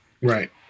Right